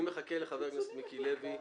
אני מחכה לחבר הכנסת מיקי לוי.